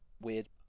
weird